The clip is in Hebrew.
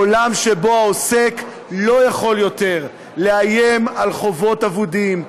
עולם שבו העוסק לא יכול יותר לאיים על חובות אבודים,